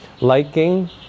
Liking